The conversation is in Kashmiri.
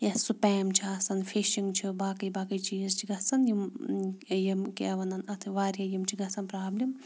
یا سُپیم چھِ آسان فِشِنٛگ چھِ باقٕے باقٕے چیٖز چھِ گژھان یِم یِم کیٛاہ وَنان اَتھ واریاہ یِم چھِ گژھان پرٛابلِم